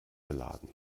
beladen